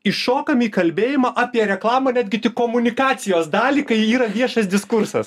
iššokam į kalbėjimą apie reklamą netgi tik komunikacijos dalį kai ji yra viešas diskursas